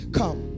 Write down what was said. come